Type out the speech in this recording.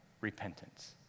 repentance